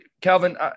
Calvin